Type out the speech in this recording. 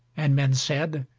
and men said,